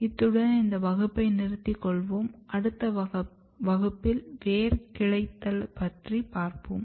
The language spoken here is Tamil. இத்துடன் இந்த வகுப்பை நிறுத்திக்கொள்வோம் அடுத்த வகுப்பில் வேர் கிளைத்தல் பற்றி பார்ப்போம்